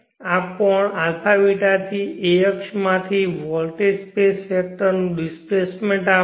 આ કોણ αß થી α અક્ષમાંથી વોલ્ટેજ સ્પેસ વેક્ટરનું ડિસ્પ્લેસમેન્ટ આપશે